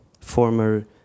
former